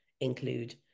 include